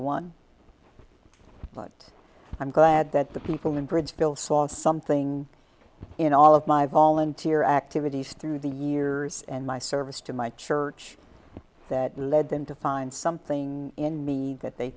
one but i'm glad that the people in bridgeville saw something in all of my volunteer activities through the years and my service to my church that led them to find something in me that they